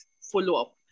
follow-up